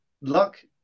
luck